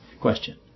question